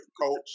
Coach